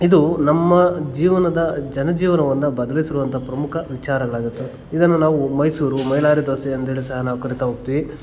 ಇದು ನಮ್ಮ ಜೀವನದ ಜನ ಜೀವನವನ್ನು ಬದಲಿಸಿರುವಂಥ ಪ್ರಮುಖ ವಿಚಾರಗಳಾಗಿರ್ತವೆ ಇದನ್ನು ನಾವು ಮೈಸೂರು ಮೈಲಾರಿ ದೋಸೆ ಅಂತೇಳಿ ಸಹ ನಾವು ಕರೀತಾ ಹೋಗ್ತೀವಿ